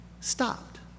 stopped